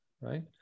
right